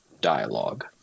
dialogue